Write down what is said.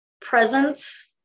presence